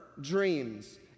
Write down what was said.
dreams